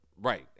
Right